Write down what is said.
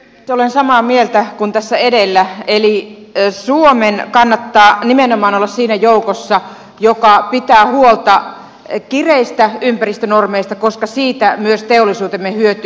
olen samaa mieltä kuin tässä edellä eli suomen kannattaa nimenomaan olla siinä joukossa joka pitää huolta kireistä ympäristönormeista koska siitä myös teollisuutemme hyötyy